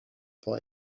for